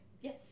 Yes